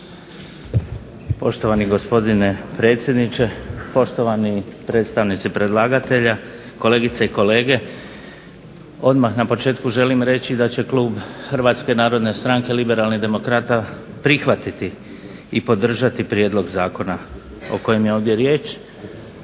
Poštovani gospodine predsjedniče, poštovani predstavnici predlagatelja, kolegice i kolege. Odmah na početku želim reći da će klub HNS i Liberalnih demokrata prihvatiti i podržati prijedlog zakona o kojem je ovdje riječ,